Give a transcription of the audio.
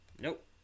Nope